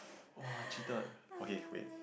!wah! cheated okay wait